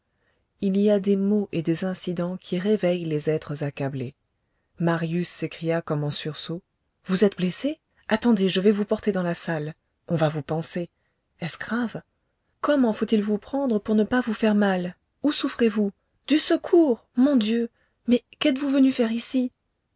il y a des mots et des incidents qui réveillent les êtres accablés marius s'écria comme en sursaut vous êtes blessée attendez je vais vous porter dans la salle on va vous panser est-ce grave comment faut-il vous prendre pour ne pas vous faire mal où souffrez-vous du secours mon dieu mais qu'êtes-vous venue faire ici